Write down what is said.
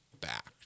back